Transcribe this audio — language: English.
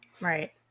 Right